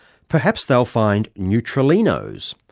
perhaps they'll find neutralinos,